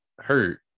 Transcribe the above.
hurt